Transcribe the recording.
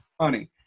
Honey